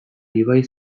iban